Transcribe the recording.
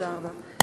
תודה רבה.